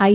આઈ